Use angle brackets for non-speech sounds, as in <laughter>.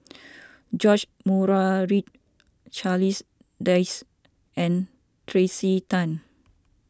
<noise> George Murray Reith Charles Dyce and Tracey Tan